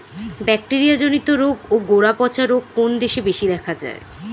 Bacteria জনিত রোগ ও গোড়া পচা রোগ কোন দেশে বেশি দেখা যায়?